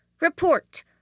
Report